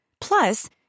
Plus